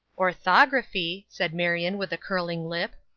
orthography! said marion, with a curling lip.